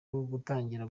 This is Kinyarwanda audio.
gutangira